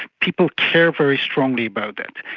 people care very strongly about that.